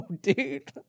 dude